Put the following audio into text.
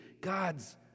God's